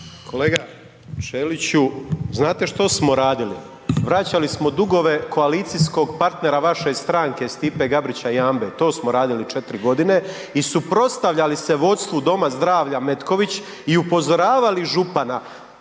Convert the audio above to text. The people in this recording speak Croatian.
Kolega Ćeliću, znate što smo radili, vraćali smo dugove koalicijskog partnera vaše stranke Stipe Gabrića Jambe, to smo radili 4 godine i suprotstavljali se vodstvu Dom zdravlja Metković i upozoravali župana